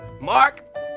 Mark